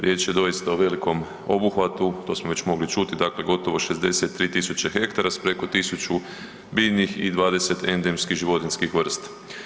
Riječ je doista o velikom obuhvatu, to smo već mogli čuti dakle gotovo 63.000 hektara s preko 1000 biljnih i 20 endemskih životinjskih vrsta.